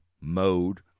mode